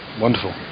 Wonderful